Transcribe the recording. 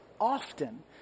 often